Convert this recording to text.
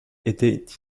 étaient